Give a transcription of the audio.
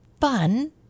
fun